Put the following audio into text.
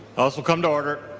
ah so come to order.